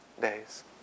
days